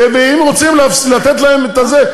ואם רוצים לתת להם את זה,